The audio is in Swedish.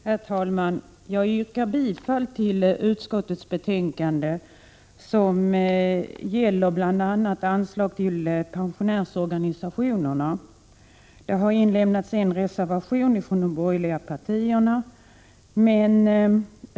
Herr talman! Jag yrkar bifall till socialutskottets hemställan i betänkande 29, som gäller bl.a. anslag till pensionärsorganisationerna. Det finns en reservation från de borgerliga partierna.